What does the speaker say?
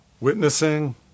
Witnessing